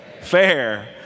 fair